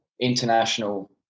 international